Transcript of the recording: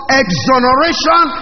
exoneration